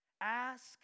Ask